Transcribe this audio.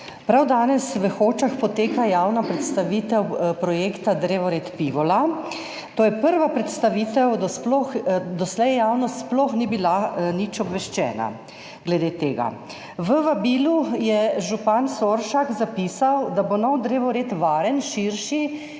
Prav danes v Hočah poteka javna predstavitev projekta drevored Pivola. To je prva predstavitev, doslej javnost sploh ni bila nič obveščena glede tega. V vabilu je župan Soršak zapisal, da bo nov drevored varen, širši